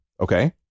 Okay